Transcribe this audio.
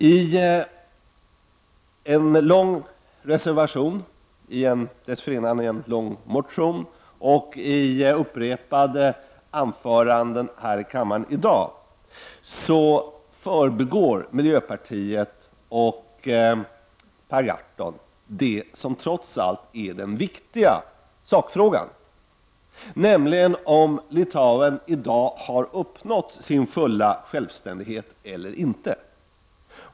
I en lång reservation, dessförinnan i en lång motion och i upprepade anföranden här i kammaren i dag, förbigår miljöpartiet och Per Gahrton det som trots allt är den viktiga sakfrågan, nämligen om Litauen i dag har uppnått sin fulla självständighet eller inte.